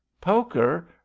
Poker